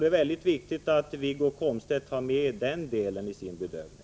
Det är mycket viktigt att Wiggo Komstedt tar med den delen i sin bedömning.